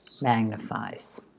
magnifies